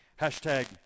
Hashtag